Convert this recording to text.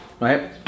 right